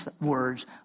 words